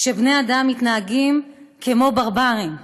שבני אדם מתנהגים כמו ברברים,